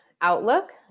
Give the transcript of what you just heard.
outlook